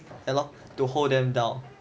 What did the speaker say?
to hold them down